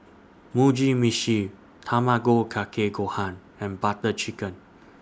Mugi Meshi Tamago Kake Gohan and Butter Chicken